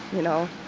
you know?